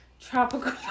Tropical